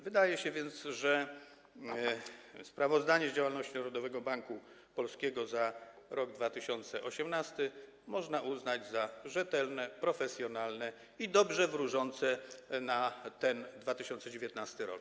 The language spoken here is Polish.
Wydaje się więc, że sprawozdanie z działalności Narodowego Banku Polskiego za rok 2018 można uznać za rzetelne, profesjonalne i dobrze wróżące na 2019 r.